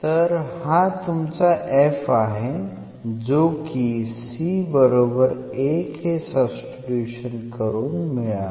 तर हा तुमचा f आहे जो की c1 हे सब्स्टिट्यूशन करून मिळाला